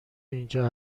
اینجا